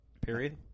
Period